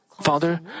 Father